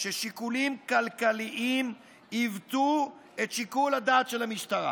ששיקולים כלכליים עיוותו את שיקול הדעת של המשטרה"